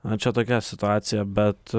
na čia tokia situacija bet